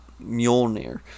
mjolnir